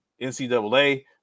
ncaa